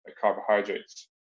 carbohydrates